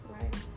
Right